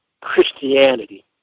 Christianity